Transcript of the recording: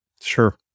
Sure